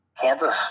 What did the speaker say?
Kansas